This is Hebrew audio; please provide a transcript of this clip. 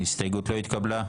ההסתייגות לא התקבלה.